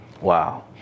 Wow